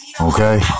Okay